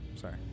sorry